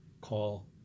call